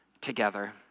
together